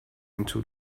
into